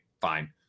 fine